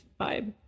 vibe